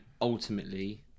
ultimately